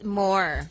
more